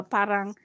Parang